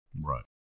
Right